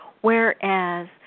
Whereas